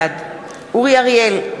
בעד אורי אריאל,